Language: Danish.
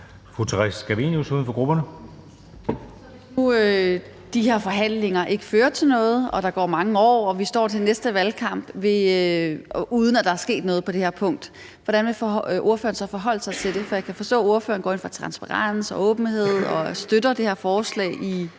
Theresa Scavenius (UFG): Kunne de her forhandlinger ikke føre til noget? Og hvis der går mange år og vi står her til næste valgkamp, uden at der er sket noget på det her punkt, hvordan vil ordføreren så forholde sig til det? For jeg kan forstå, at ordføreren går ind for transparens og åbenhed, og at man i